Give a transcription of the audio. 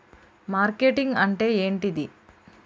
Marketing అంటే ఏంటిది?